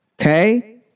Okay